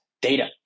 data